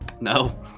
No